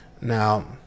Now